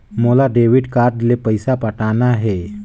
मोला debit card ले पइसा पटाना हे?